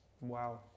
Wow